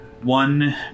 One